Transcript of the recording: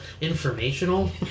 informational